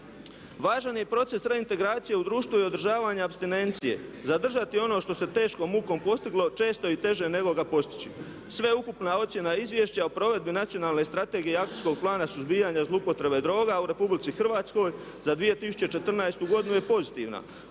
Važan je i proces reintegracije u društvu i održavanja apstinencije, zadržati ono što se teškom mukom postiglo često je i teže nego ga postići. Sve ukupna ocjena Izvješća o provedbi Nacionalne strategije i Akcijskog plana suzbijanja zloupotrebe droga u Republici Hrvatskoj za 2014. godinu je pozitivna